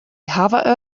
hawwe